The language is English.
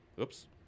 oops